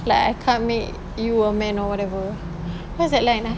like I can't make you a man or whatever what's that line ah